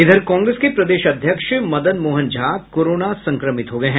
इधर कांग्रेस के प्रदेश अध्यक्ष मदन मोहन झा कोरोना संक्रमित हो गए हैं